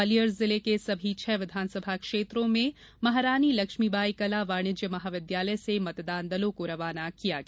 ग्वालियर जिले के सभी छह विधानसभा क्षेत्रों में ग्वालियर स्थित महारानी लक्ष्मीबाई कला वाणिज्य महाविद्यालय से मतदान दलों को रवाना किया गया